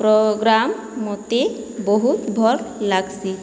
programme ମୋତେ ବହୁତ ଭଲ୍ ଲାଗ୍ସି